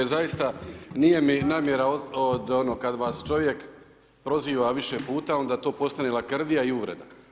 Zaista nije mi namjera ono kad vas čovjek proziva više puta onda to postane lakrdija i uvreda.